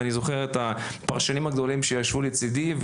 אני זוכר את הפרשנים הגדולים שישבו לצדי.